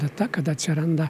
data kada atsiranda